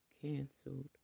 canceled